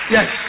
Yes